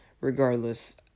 Regardless